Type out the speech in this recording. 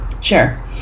Sure